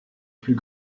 plus